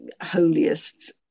holiest